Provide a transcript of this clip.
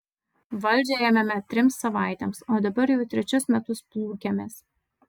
valdžią ėmėme trims savaitėms o dabar jau trečius metus plūkiamės